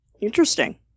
Interesting